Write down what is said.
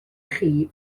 chi